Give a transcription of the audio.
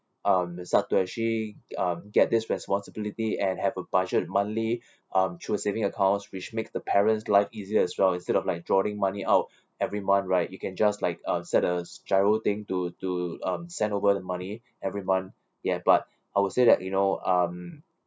um start to actually um get this responsibility and have a budget monthly um through saving account which makes the parent's life easier as well instead of like drawing money out every month right you can just like uh set a GIRO thing to to um send over the money every month ya but I would say that you know um